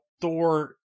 Thor